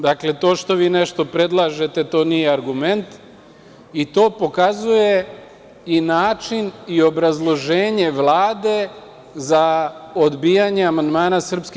Dakle, to što vi nešto predlažete, to nije argument i to pokazuje i način i obrazloženje Vlade za odbijanje amandmana SRS.